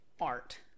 art